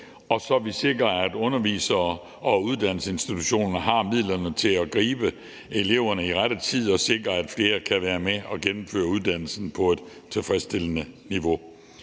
så vi sikrer, at undervisere og uddannelsesinstitutioner har midlerne til at gribe eleverne i rette tid og sikre, at flere kan være med og gennemføre uddannelsen på et tilfredsstillende niveau.